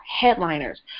headliners